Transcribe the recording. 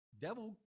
devil